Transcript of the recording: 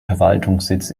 verwaltungssitz